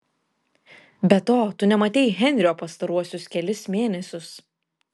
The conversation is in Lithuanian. be to tu nematei henrio pastaruosius kelis mėnesius